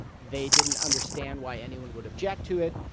they didn't understand why anyone would object to it.